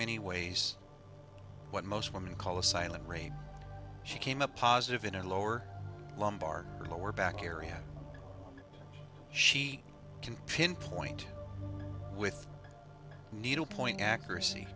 many ways what most women call a silent ray she came up positive in a lower lumbar lower back area she can pinpoint with needlepoint accuracy